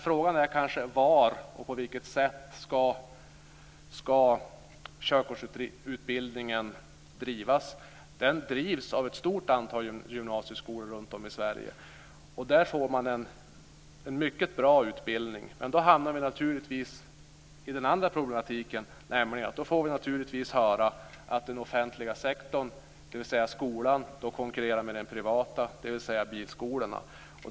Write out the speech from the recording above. Frågan är kanske var och på vilket sätt som körkortsutbildningen ska drivas. Den drivs av ett stort antal gymnasieskolor runt om i Sverige. Där får man en mycket bra utbildning. Men då hamnar vi naturligtvis i den andra problematiken, nämligen att vi då naturligtvis får höra att den offentliga sektorn, dvs. skolan, konkurrerar med den privata, dvs. bilskolorna.